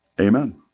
Amen